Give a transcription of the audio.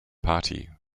party